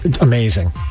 Amazing